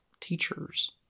teachers